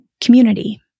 community